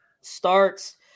starts